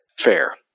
Fair